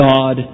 God